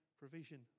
provision